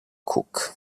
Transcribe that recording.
cook